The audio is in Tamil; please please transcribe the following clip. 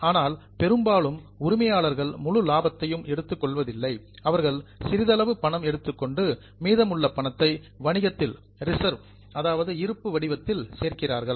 ஆனால் பெரும்பாலும் உரிமையாளர்கள் முழு லாபத்தையும் எடுத்துக் கொள்வதில்லை அவர்கள் சிறிதளவு பணம் எடுத்துக்கொண்டு மீதம் உள்ள பணத்தை வணிகத்தில் ரிசர்வ் இருப்பு வடிவத்தில் சேர்க்கிறார்கள்